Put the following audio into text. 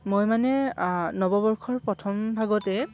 মই মানে নৱবৰ্ষৰ প্ৰথম ভাগতে